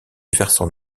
versant